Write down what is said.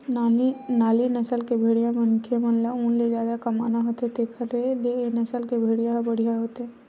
नाली नसल के भेड़िया मनखे ल ऊन ले जादा कमाना होथे तेखर ए नसल के भेड़िया ह बड़िहा होथे